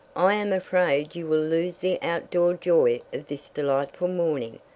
i am afraid you will lose the out-door joy of this delightful morning.